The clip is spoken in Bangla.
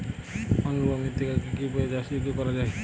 অনুর্বর মৃত্তিকাকে কি কি উপায়ে চাষযোগ্য করা যায়?